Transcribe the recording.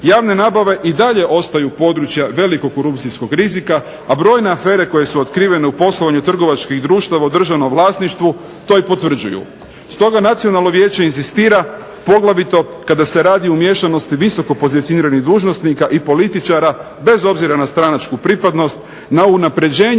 Javne nabave i dalje ostaju područja velikog korupcijskog rizika, a brojne afere koje su otkrivene u poslovanju trgovačkih društava u državnom vlasništvu to i potvrđuju. Stoga nacionalno vijeće inzistira poglavito kada se radi o umiješanosti visoko pozicioniranih dužnosnika i političara, bez obzira na stranačku pripadnost, na unapređenje